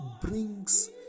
brings